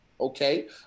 Okay